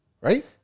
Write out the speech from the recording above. right